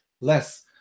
less